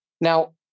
Now